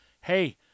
hey